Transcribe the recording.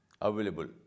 available